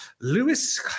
Lewis